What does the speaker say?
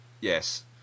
Yes